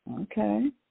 Okay